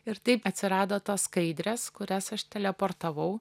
ir taip atsirado tos skaidrės kurias aš teleportavau